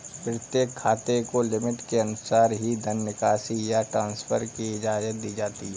प्रत्येक खाते को लिमिट के अनुसार ही धन निकासी या ट्रांसफर की इजाजत दी जाती है